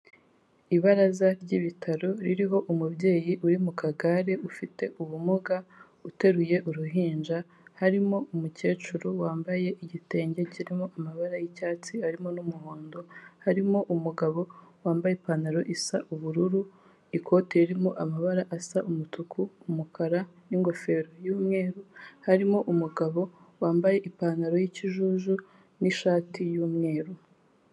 Ibaraza ry'ibitaro ririho umubyeyi uri mu kagare ufite ubumuga uteruye uruhinja, harimo umukecuru wambaye igitenge kirimo amabara y'icyatsi arimo n'umuhondo, harimo umugabo wambaye ipantaro isa ubururu, ikote ririmo amabara asa umutuku, umukara n'ingofero y'umweru, harimo umugabo wambaye ipantaro y'ikijuju n'ishati y'umweru.